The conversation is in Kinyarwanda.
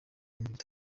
ibihumbi